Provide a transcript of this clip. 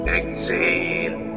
exhale